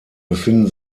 befinden